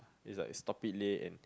is like stop it leh and